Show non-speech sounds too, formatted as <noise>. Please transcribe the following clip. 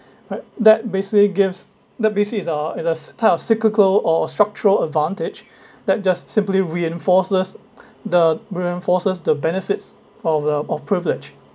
right that basically gives that basically is a is a s~ type of cyclical or a structural advantage <breath> that just simply reinforces the reinforces the benefits of the of privilege